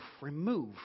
remove